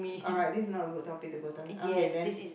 alright this is not a good topic to go down okay then